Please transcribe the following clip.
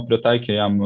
pritaikė jam